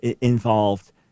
involved